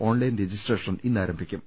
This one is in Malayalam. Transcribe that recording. ഓൺലൈൻ രജിസ്ട്രേഷൻ ഇന്ന് ആർംഭിക്കും